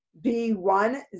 B1